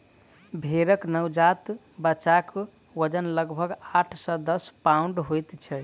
भेंड़क नवजात बच्चाक वजन लगभग आठ सॅ दस पाउण्ड होइत छै